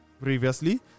previously